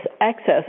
access